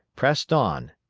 pressed on,